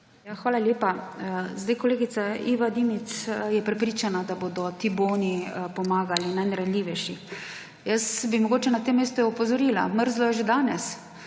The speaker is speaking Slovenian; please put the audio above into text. Hvala lepa. Kolegica Iva Dimic je prepričana, da bodo ti boni pomagali najranljivejšim. Jaz bi jo mogoče na tem mestu opozorila – mrzlo je že danes,